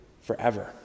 forever